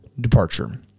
departure